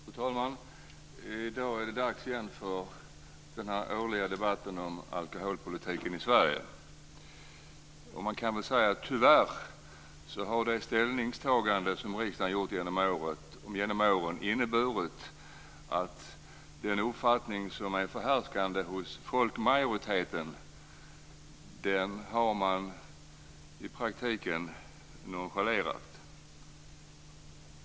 Fru talman! I dag är det dags igen för den årliga debatten om alkoholpolitiken i Sverige. Tyvärr har de ställningstaganden som riksdagen gjort genom åren inneburit att den uppfattning som är förhärskande hos folkmajoriteten i praktiken har nonchalerats.